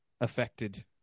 affected